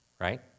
right